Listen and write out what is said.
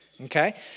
okay